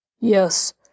Yes